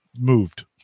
moved